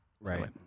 Right